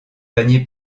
panier